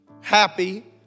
Happy